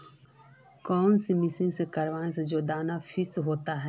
कौन मशीन से करबे जे दाना फ्रेस होते?